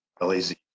LAZ